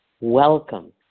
welcome